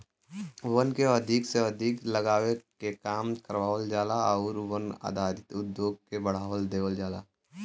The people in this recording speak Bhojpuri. वन के अधिक से अधिक लगावे के काम करावल जाला आउर वन आधारित उद्योग के बढ़ावा देवल जाला